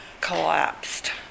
collapsed